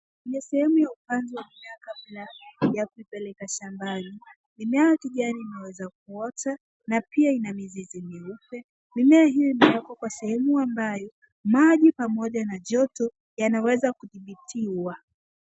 Ni sehemu ya upanzi wa mimea kabla ya kupeleka shambani. Mimea ya kijani inaweza kuota na pia ina mizizi meupe. Mimea hii imewekwa kwa sehemu ambayo maji pamoja na joto yanaweza kudhibitiwa.